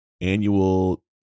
annual